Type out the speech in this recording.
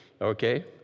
Okay